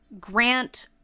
grant